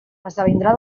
esdevindrà